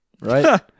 Right